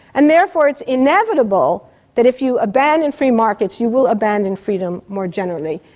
and therefore it's inevitable that if you abandon free markets, you will abandon freedom more generally,